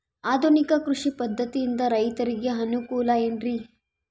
ಆಧುನಿಕ ಕೃಷಿ ಪದ್ಧತಿಯಿಂದ ರೈತರಿಗೆ ಅನುಕೂಲ ಏನ್ರಿ?